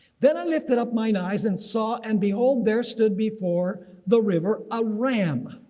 then i lifted up my eyes, and saw, and behold, there stood before the river a ram